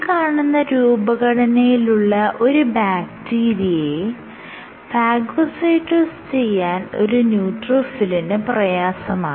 ഈ കാണുന്ന രൂപഘടനയുള്ള ഒരു ബാക്റ്റീരിയയെ ഫാഗോസൈറ്റോസ് ചെയ്യാൻ ഒരു ന്യൂട്രോഫിലിന് പ്രയാസമാണ്